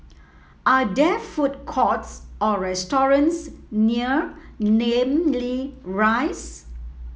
are there food courts or restaurants near Namly Rise